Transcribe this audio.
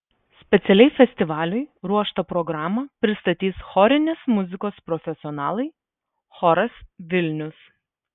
specialiai festivaliui ruoštą programą pristatys chorinės muzikos profesionalai choras vilnius